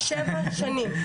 כן, שבע שנים.